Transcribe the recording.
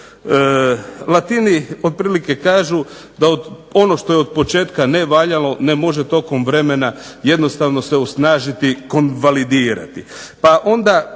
otprilike kažu da ono što je od početka nevaljalo ne može tokom vremena jednostavno se osnažiti konvalidirati, pa onda